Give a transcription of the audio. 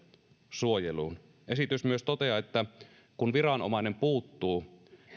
suojeluun esitys myös toteaa että kun viranomainen puuttuu